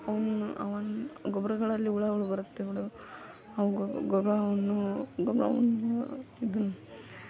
ಅವನ್ನ ಅವನ ಗೊಬ್ಬರಗಳಲ್ಲಿ ಹುಳಗಳು ಬರುತ್ತೆ ಬಿಡು ಅವು ಗೊಬ್ ಗೊಬ್ಬರವನ್ನು ಗೊಬ್ಬರವನ್ನು ಇದು